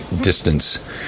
distance